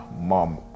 mom